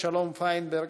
אבשלום פיינברג,